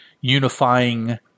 unifying